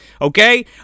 okay